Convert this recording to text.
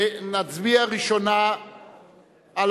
נצביע ראשונה על